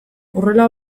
horrela